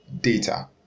data